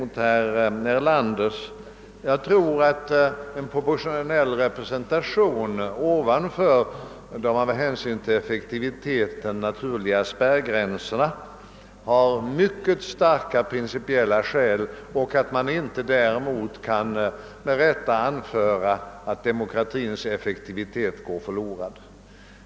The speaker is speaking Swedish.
Jag tror att det finns mycket starka principiella skäl för en proportionell representation ovanför de med hänsyn till effektiviteten naturliga spärrgränserna. Man kan inte påstå att demokratins effektivitet därmed går förlorad.